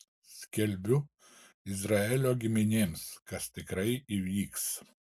skelbiu izraelio giminėms kas tikrai įvyks